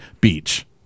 beach